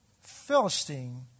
Philistine